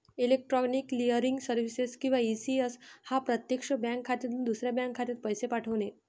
electronic clearing services किंवा ECS हा प्रत्यक्षात बँक खात्यातून दुसऱ्या बँक खात्यात पैसे पाठवणे